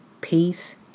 Peace